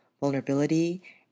vulnerability